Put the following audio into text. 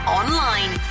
online